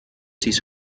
sis